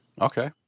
Okay